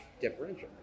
differential